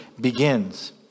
begins